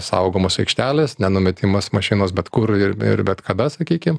saugomos aikštelės nenumetimas mašinos bet kur ir ir bet kada sakykim